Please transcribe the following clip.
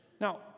Now